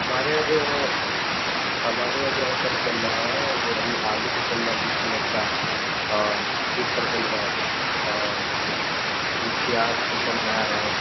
ہمارے یہاں جو ہمارے یہاں جو آفر چل رہا ہے وہ ابھی آلو پہ چل رہا ہے بیس منٹ کا اور بیس پرسنٹ کا اور یہ پیاز پہ چل رہا ہے